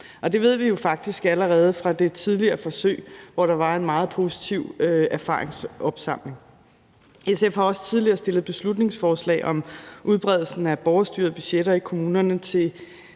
jo faktisk allerede fra det tidligere forsøg, hvor der var en meget positiv erfaringsopsamling. SF har også tidligere fremsat beslutningsforslag om udbredelsen af borgerstyrede budgetter i kommunerne til